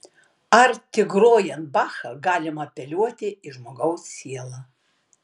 ar tik grojant bachą galima apeliuoti į žmogaus sielą